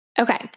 Okay